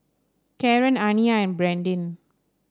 Karen Aniya and Brandin